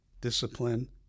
discipline